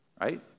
right